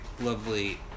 lovely